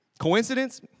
coincidence